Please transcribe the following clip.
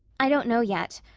i don't know yet.